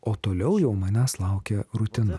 o toliau jau manęs laukė rutina